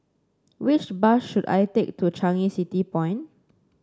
which bus should I take to Changi City Point